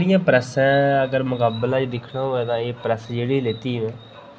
बाकी आह्लियें प्रेसें दे मुकाबले अगर दिक्खना होऐ तां एह् प्रेस जेह्ड़ी लैती ही में